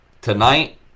Tonight